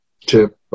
tip